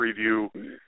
preview